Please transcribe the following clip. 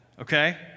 Okay